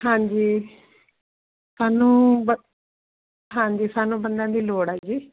ਹਾਂਜੀ ਸਾਨੂੰ ਹਾਂਜੀ ਸਾਨੂੰ ਬੰਦਿਆਂ ਦੀ ਲੋੜ ਆ ਜੀ